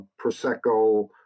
prosecco